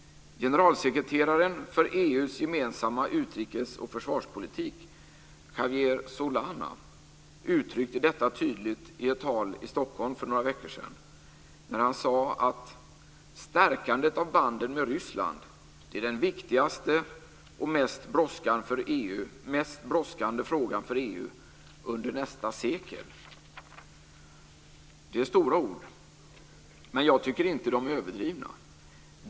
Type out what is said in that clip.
Generalsekreteraren för EU:s gemensamma utrikes och försvarspolitik, Javier Solana, uttryckte detta tydligt i ett tal i Stockholm för några veckor sedan. Han sade: Stärkandet av banden med Ryssland är den viktigaste och mest brådskande frågan för EU under nästa sekel. Det är stora ord. Men jag tycker inte att de är överdrivna.